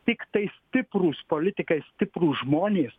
tiktai stiprūs politikai stiprūs žmonės